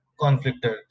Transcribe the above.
conflicted